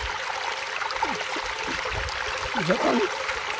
ᱟᱪᱪᱷᱟ ᱡᱚᱠᱷᱚᱱ